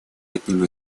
одним